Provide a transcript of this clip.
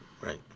Right